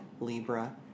Libra